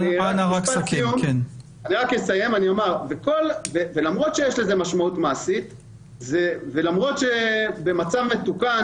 למרות שיש לזה משמעות מעשית ולמרות במצב מתוקן